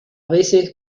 veces